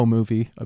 Movie